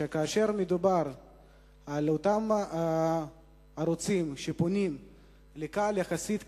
שאותם ערוצים, שפונים לקהל יחסית קטן,